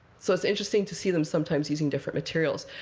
so it's interesting to see them sometimes using different materials.